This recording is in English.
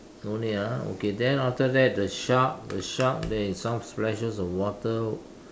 no need ah okay then after that the shark the shark there is some splashes of water